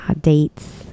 dates